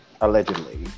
Allegedly